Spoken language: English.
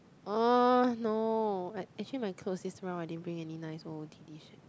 oh no I actually my clothes is round I didn't bring nice o_o_t_d shirts